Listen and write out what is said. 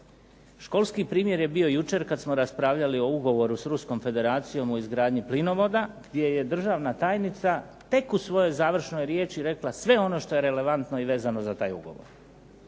Školski primjer je bio jučer kada smo raspravljali o ugovoru s Ruskom Federacijom o izgradnji plinovoda, gdje je državna tajnica tek u svojoj završnoj riječi rekla sve ono što je relevantno i vezano za taj ugovor.